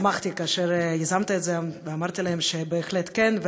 שמחתי כאשר יזמת את זה, ואמרתי להם שבהחלט כן.